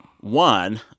One